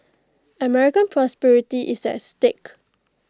American prosperity is at stake